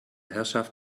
herrschaft